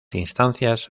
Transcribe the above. instancias